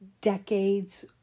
decades